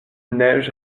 neige